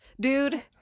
dude